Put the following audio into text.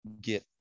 get